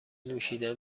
نوشیدن